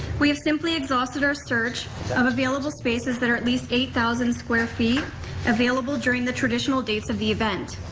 we have simply exhausted our search of available spaces that are at least eight thousand square feet available during the traditional dates of the event.